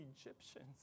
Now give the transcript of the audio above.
Egyptians